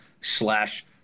slash